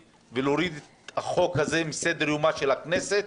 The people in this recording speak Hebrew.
ולהוריד את החוק הזה מסדר יומה של הכנסת,